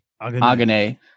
Agane